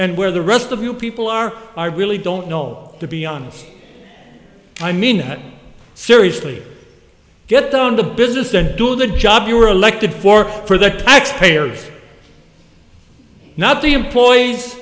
and where the rest of you people are i really don't know to be honest i mean seriously get down to business and do the job you were elected for for their tax payers not the employees